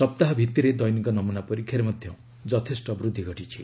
ସପ୍ତାହ ଭିଭିରେ ଦୈନିକ ନମୁନା ପରୀକ୍ଷାରେ ମଧ୍ୟ ଯଥେଷ୍ଟ ବୃଦ୍ଧି ଘଟୁଛି